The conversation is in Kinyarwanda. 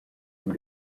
muri